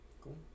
cool